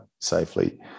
safely